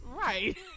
Right